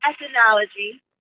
ethnology